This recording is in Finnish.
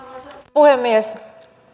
puhemies